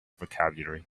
vocabulary